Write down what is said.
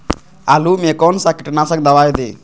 आलू में कौन सा कीटनाशक दवाएं दे?